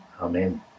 Amen